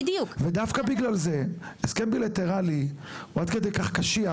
ודווקא בגלל זה הסכם בילטרלי הוא עד כדי כך קשיח,